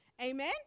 Amen